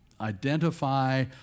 identify